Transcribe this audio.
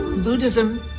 Buddhism